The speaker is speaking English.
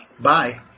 Bye